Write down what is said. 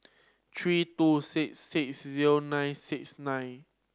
three two six six zero nine six nine